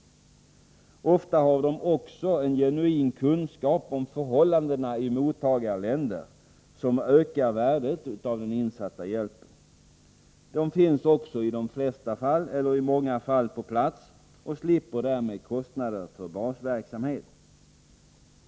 Ofta har de också en genuin kunskap om förhållandena i mottagarländerna, vilket ökar värdet av den insatta hjälpen. De finns också i de flesta eller i många fall på plats och slipper därmed kostnader för basverksamhet.